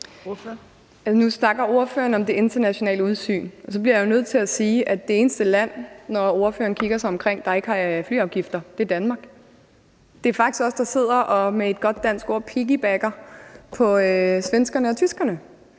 Nu snakker ordføreren om det internationale udsyn, og så bliver jeg jo nødt til at sige, at det eneste land – når ordføreren kigger sig omkring – der ikke har flyafgifter, er Danmark. Det er faktisk os, der sidder og med et godt dansk ord piggybacker på svenskerne og tyskerne.